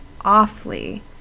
awfully